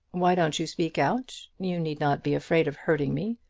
why don't you speak out? you need not be afraid of hurting me.